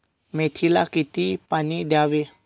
मेथीला किती पाणी द्यावे?